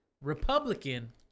Republican